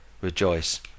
rejoice